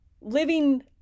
living